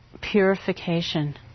purification